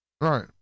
Right